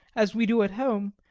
as we do at home,